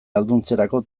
ahalduntzerako